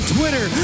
Twitter